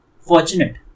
fortunate